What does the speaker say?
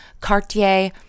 Cartier